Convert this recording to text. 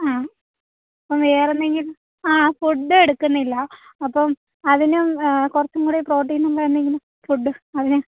ആ അപ്പം വേറെ എന്തെങ്കിലും ആ ഫുഡ് എടുക്കുന്നില്ല അപ്പം അതിന് കുറച്ചും കൂടെ പ്രോട്ടീൻ ഉള്ള എന്തെങ്കിലും ഫുഡ് അവന്